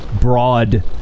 broad